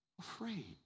afraid